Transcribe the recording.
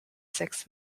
six